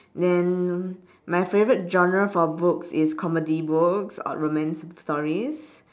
then my favourite genre for books is comedy books or romance stories